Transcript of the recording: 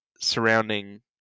surrounding